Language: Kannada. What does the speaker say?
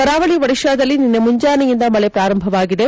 ಕರಾವಳಿ ಒಡಿಶಾದಲ್ಲಿ ನಿನ್ನೆ ಮುಂಜಾನೆಯಿಂದ ಮಳೆ ಪ್ರಾರಂಭವಾಗಿದೆ